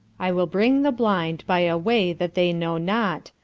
i will bring the blind by a way that they know not,